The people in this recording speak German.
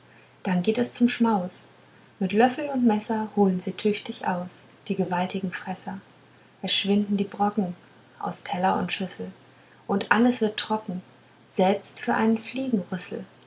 dann geht es zum schmaus mit löffel und messer holen sie tüchtig aus die gewaltigen fresser es schwinden die brocken aus teller und schüssel und alles wird trocken selbst für einen